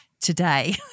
Today